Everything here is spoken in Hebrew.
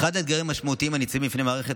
אחד האתגרים המשמעותיים הניצבים בפני המערכת